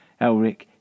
Elric